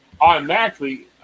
automatically